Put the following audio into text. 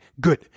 good